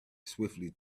swiftly